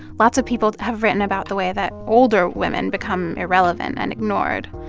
lots of people have written about the way that older women become irrelevant and ignored.